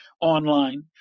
online